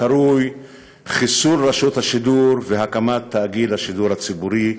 הקרוי חיסול רשות השידור והקמת תאגיד השידור הציבורי,